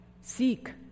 Seek